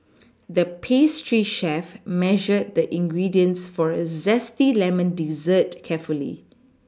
the pastry chef measured the ingredients for a zesty lemon dessert carefully